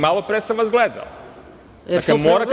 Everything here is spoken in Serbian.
Malo pre sam vas gledao.